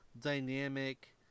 dynamic